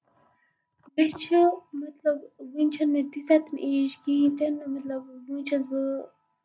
مےٚ چھُ مطلب وُنہِ چھِ نہٕ مےٚ تیژاہ تہِ ایج کِہیںۍ تہِ نہٕ مطلب وُنہِ چھَس بہٕ